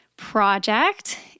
project